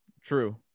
True